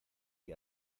que